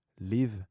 live